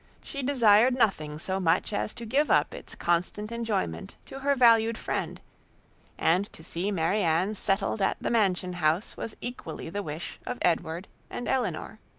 she desired nothing so much as to give up its constant enjoyment to her valued friend and to see marianne settled at the mansion-house was equally the wish of edward and elinor.